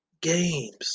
games